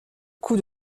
coup